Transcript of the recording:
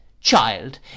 child